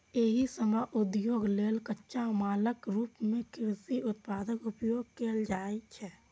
एहि सभ उद्योग लेल कच्चा मालक रूप मे कृषि उत्पादक उपयोग कैल जाइ छै